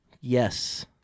Yes